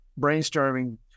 brainstorming